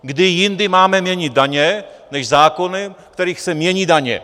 Kde jindy máme měnit daně, než zákony, v kterých se mění daně?